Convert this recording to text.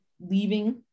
leaving